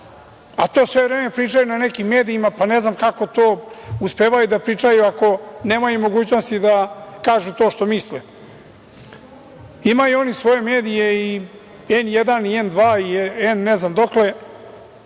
a to sve vreme pričaju na nekim medijima. Ne znam kako to uspevaju da pričaju ako nemaju mogućnosti da kažu to što misle? Imaju oni svoje medije, i N1 i N2 i N ne znam dokle,